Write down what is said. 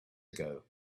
ago